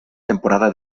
temporada